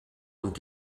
und